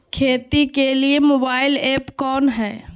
खेती के लिए मोबाइल ऐप कौन है?